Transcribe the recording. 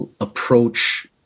approach